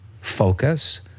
focus